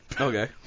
Okay